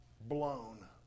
blown